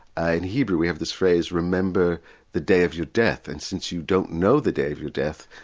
and hebrew we have this phrase remember the day of your death and since you don't know the day of your death,